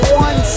one